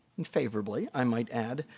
and favorably i might add,